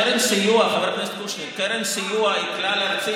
קרן סיוע, חבר הכנסת קושניר, היא כלל-ארצית.